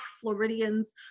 Floridians